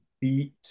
beat